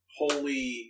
holy